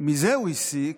מזה הוא הסיק,